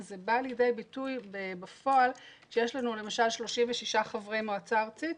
זה בא לידי ביטוי בפועל כשיש לנו למשל 36 חברי מועצה ארצית,